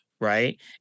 Right